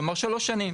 כלומר שלוש שנים.